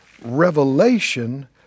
revelation